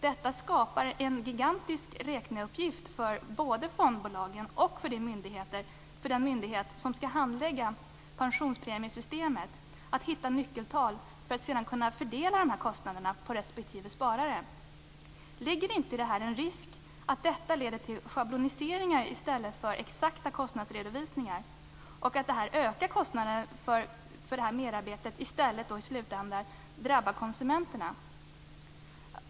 Detta skapar en gigantisk räkneuppgift för både fondbolagen och den myndighet som skall handlägga pensionspremiesystemet, dvs. att hitta nyckeltal för att sedan kunna fördela de här kostnaderna på respektive sparare. Ligger det inte här en risk för att detta leder till schabloniseringar i stället för exakta kostnadsredovisningar och att ökade kostnader för detta merarbete i slutändan drabbar konsumenterna?